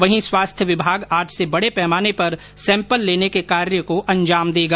वहीं स्वास्थ्य विभाग आज से बड़े पैमाने पर सैम्पल लेने के कार्य को अंजाम देगा